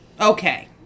Okay